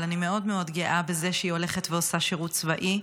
אבל אני מאוד מאוד גאה בזה שהיא הולכת ועושה שירות צבאי.